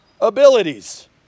abilities